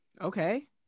Okay